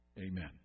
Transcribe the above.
Amen